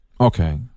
Okay